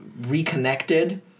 reconnected